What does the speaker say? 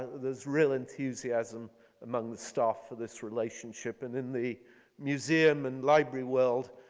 there's real enthusiasm among the staff of this relationship. and in the museum and library world,